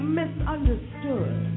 misunderstood